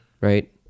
Right